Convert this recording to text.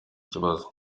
kibazo